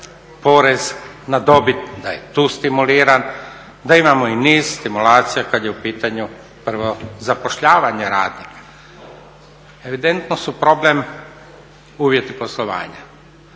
porez na dobit, da je tu stimuliran, da imamo i niz stimulacija kad je u pitanju prvo zapošljavanje radnika. Evidentno su problem uvjeti poslovanja.